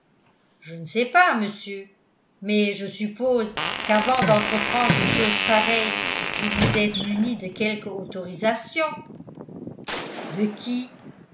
je ne sais pas monsieur mais je suppose qu'avant d'entreprendre une chose pareille vous vous êtes muni de quelque autorisation de qui